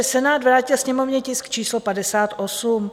Senát vrátil Sněmovně tisk číslo 58.